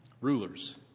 Rulers